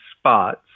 spots